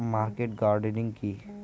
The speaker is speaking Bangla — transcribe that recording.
মার্কেট গার্ডেনিং কি?